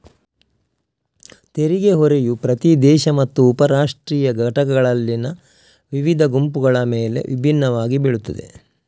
ತೆರಿಗೆ ಹೊರೆಯು ಪ್ರತಿ ದೇಶ ಮತ್ತು ಉಪ ರಾಷ್ಟ್ರೀಯ ಘಟಕಗಳಲ್ಲಿನ ವಿವಿಧ ಗುಂಪುಗಳ ಮೇಲೆ ವಿಭಿನ್ನವಾಗಿ ಬೀಳುತ್ತದೆ